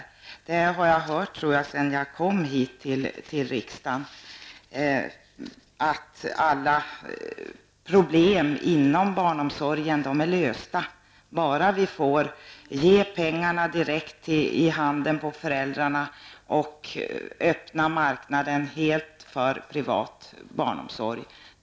Den argumentationen har jag hört, tror jag, sedan jag kom hit till riksdagen -- att alla problem inom barnomsorgen är lösta bara vi ger pengarna direkt i handen på föräldrarna och öppnar marknaden helt för privat barnomsorg.